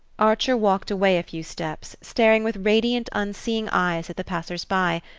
archer walked away a few steps, staring with radiant unseeing eyes at the passersby,